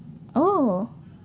oh